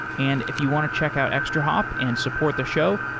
and if you want to check out extrahop and support the show,